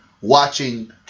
watching